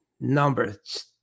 numbers